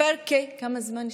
כמה זמן נשאר?